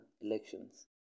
elections